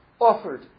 offered